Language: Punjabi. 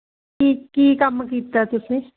ਕੀ ਕੀ ਕੰਮ ਕੀਤਾ ਤੁਸੀਂ